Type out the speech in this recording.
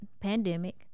pandemic